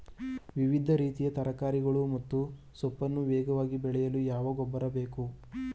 ವಿವಿಧ ರೀತಿಯ ತರಕಾರಿಗಳು ಮತ್ತು ಸೊಪ್ಪನ್ನು ವೇಗವಾಗಿ ಬೆಳೆಯಲು ಯಾವ ಗೊಬ್ಬರ ಬೇಕು?